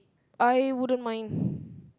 I wouldn't mind